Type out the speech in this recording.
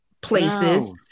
places